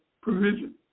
provision